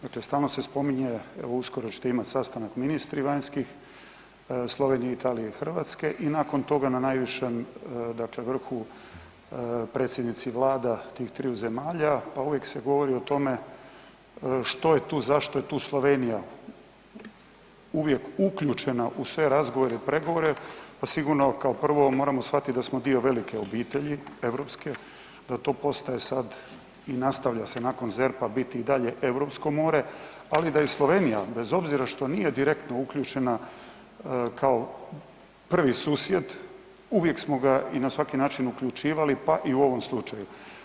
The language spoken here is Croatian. Dakle stalno se spominje, evo uskoro ćete imati sastanak ministri vanjskih, Slovenije, Italija i Hrvatske i nakon toga na najvišem dakle vrhu predsjednici vlada tih triju zemalja, a uvijek se govori o tome što je tu, zašto je tu Slovenija uvijek uključena u sve razgovore i pregovore, pa sigurno kao prvo, moramo shvatiti da smo dio velike obitelji europske, da to postaje sad i nastavlja se nakon ZERP-a biti i dalje europsko more, ali i da Slovenija, bez obzira što nije direktno uključena kao prvi susjed, uvijek smo ga i na svaki način uključivali, pa i u ovom slučaju.